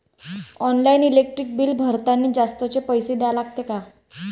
Online electric bill भरतानी जास्तचे पैसे द्या लागते का?